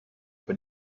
über